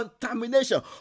contamination